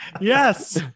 Yes